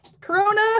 Corona